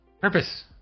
purpose